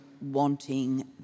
wanting